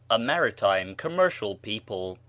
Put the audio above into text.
a maritime, commercial people,